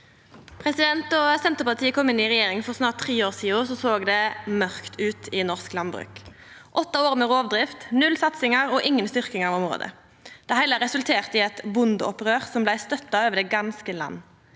Då Sen- terpartiet kom inn i regjering for snart tre år sidan, såg det mørkt ut i norsk landbruk – åtte år med rovdrift, null satsingar og inga styrking av området. Det heile resulterte i eit bondeopprør som blei støtta over det ganske land.